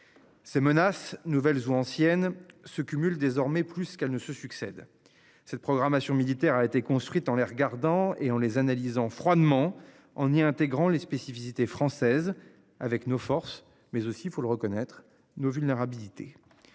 Ces menaces nouvelles ou anciennes se cumule désormais plus qu'elle ne se succèdent. Cette programmation militaire a été construite en les regardant et en les analysant froidement en y intégrant les spécificités françaises avec nos forces mais aussi faut le reconnaître nos vulnérabilités.